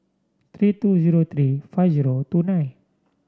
three two zero three five zero two nine